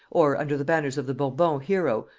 or under the banners of the bourbon hero,